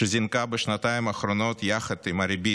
שזינקה בשנתיים האחרונות יחד עם הריבית,